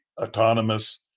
autonomous